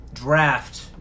draft